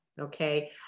okay